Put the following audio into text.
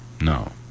no